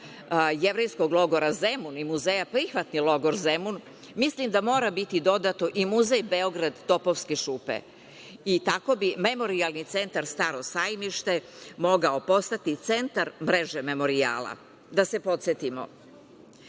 jevrejskog logora Zemun i Muzeja prihvatni logor Zemun, mislim da mora biti dodato i Muzej Beograd Topovske šupe. Tako bi memorijalni centar Staro Sajmište, mogao postati centar mreže memorijala. Da se podsetimo.